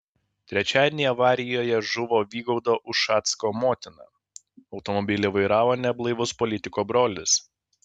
trečiadienį avarijoje žuvo vygaudo ušacko motina automobilį vairavo neblaivus politiko brolis